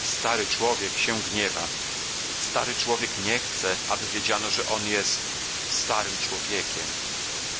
stary człowiek się gniewa stary człowiek nie chce aby wiedziano że on jest starym człowiekiem